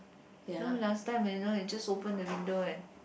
no last time manual just open the window and